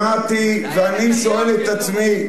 ואני שואל את עצמי,